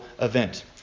event